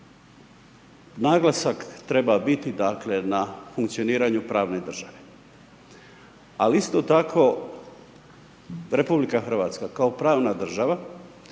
naglasak treba biti dakle na funkcioniranju pravne države. Ali istko tako RH kao pravna država